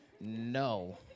No